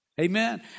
Amen